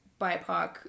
BIPOC